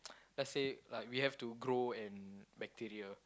let's say like we have to grow an bacteria